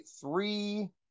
three